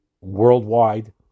Worldwide